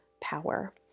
power